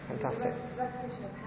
Fantastic